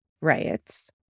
riots